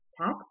tax